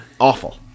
Awful